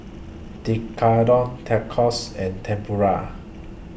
Tekkadon Tacos and Tempura